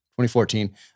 2014